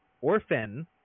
Orphan